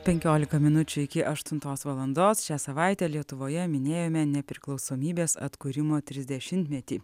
penkiolika minučių iki aštuntos valandos šią savaitę lietuvoje minėjome nepriklausomybės atkūrimo trisdešimtmetį